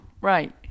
Right